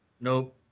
Nope